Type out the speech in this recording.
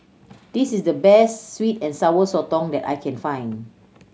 this is the best sweet and Sour Sotong that I can find